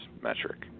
metric